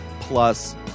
Plus